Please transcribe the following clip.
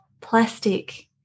plastic